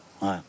Ouais